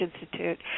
Institute